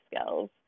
skills